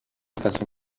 façon